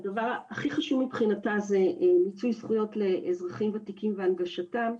והדבר הכי חשוב מבחינתה הוא מיצוי זכויות לאזרחים ותיקים והנגשתם.